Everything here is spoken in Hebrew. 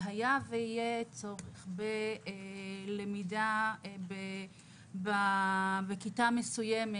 והיה ויהיה צורך בלמידה בכיתה מסוימת